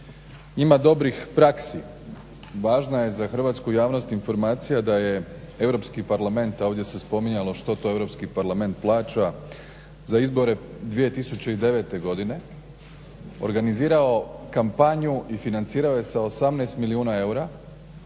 Ima dobrih praksi, važna je za hrvatsku javnost informacija da je Europski parlament, a ovdje se spominjalo što to Europski parlament plaća. Za izbore 2009. godine organizirao kampanju i financirao je sa 18 milijuna eura